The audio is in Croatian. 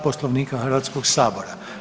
Poslovnika Hrvatskog sabora.